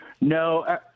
No